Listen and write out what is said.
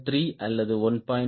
3 அல்லது 1